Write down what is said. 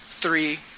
Three